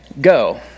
go